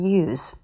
use